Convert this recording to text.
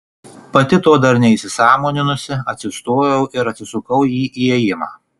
pati to dar neįsisąmoninusi atsistojau ir atsisukau į įėjimą